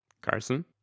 Carson